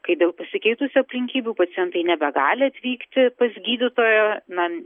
kai dėl pasikeitusių aplinkybių pacientai nebegali atvykti pas gydytoją na